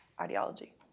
ideology